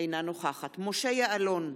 אינה נוכחת משה יעלון,